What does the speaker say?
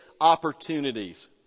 opportunities